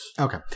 Okay